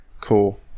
cool